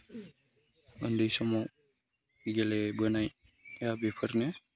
उन्दै समाव गेलेबोनाया बेफोरनो